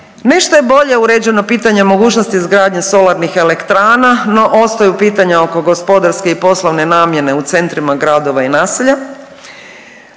Nešto je bolje uređeno pitanje mogućnosti izgradnje solarnih elektrana. No, ostaju pitanja oko gospodarske i poslovne namjene u centrima gradova i naselja,